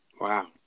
Wow